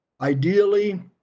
Ideally